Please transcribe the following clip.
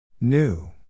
New